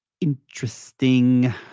Interesting